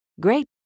Great